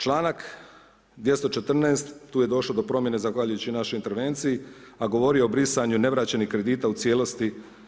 Članak 214., tu je došlo do promjene zahvaljujući našoj intervenciji a govori o brisanju nevraćenih kredita u cijelosti.